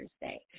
Thursday